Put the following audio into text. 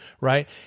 right